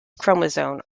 chromosomes